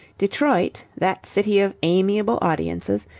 detroit, that city of amiable audiences,